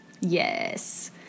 Yes